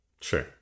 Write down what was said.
sure